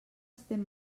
estem